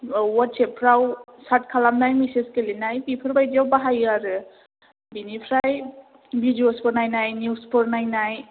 औ अवाट्सएपफ्राव चाट खालामनाय मेसेज गेलेनाय बेफोर बायदियाव बाहायो आरो बिनिफ्राय भिडिय'सफोर नायनाय निउसफोर नायनाय